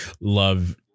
love